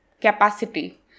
capacity